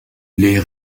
les